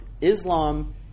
Islam